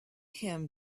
him